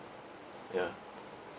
ya